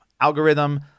algorithm